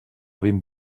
vint